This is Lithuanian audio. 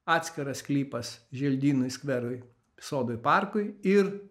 atskiras sklypas želdynai skverai sodai parkai ir